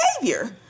behavior